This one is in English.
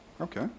Okay